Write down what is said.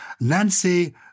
Nancy